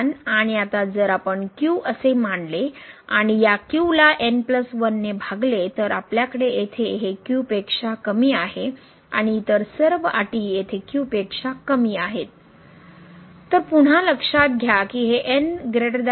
आणि आता जर आपण असे मानले आणि या लाने भागले तर आपल्याकडे येथे हे q पेक्षा कमी आहे आणि इतर सर्व अटी येथे q पेक्षा कमी आहेत तर पुन्हा लक्षात घ्या की हे